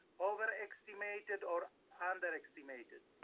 overestimated or underestimated?